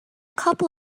couple